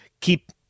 keep